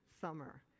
summer